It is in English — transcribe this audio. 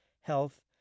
health